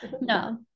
No